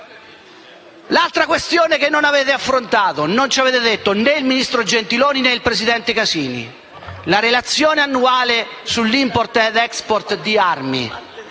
un'altra questione che non avete affrontato e di cui non hanno parlato né il ministro Gentiloni, né il presidente Casini: la relazione annuale sull'*impor**t‑export* di armi,